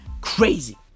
crazy